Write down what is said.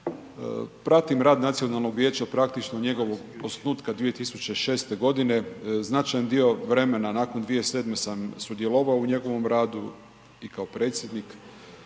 Pratim rad Nacionalnog vijeća, praktično od njegovog osnutka 2006. godine, značajan dio vremena nakon 2007. sam sudjelovao u njegovom radu i kao predsjednik.